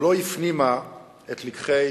לא הפנימה את לקחי